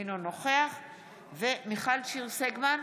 אינו נוכח מיכל שיר סגמן,